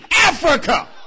Africa